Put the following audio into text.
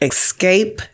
Escape